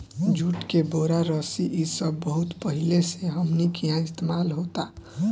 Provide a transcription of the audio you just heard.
जुट के बोरा, रस्सी इ सब बहुत पहिले से हमनी किहा इस्तेमाल होता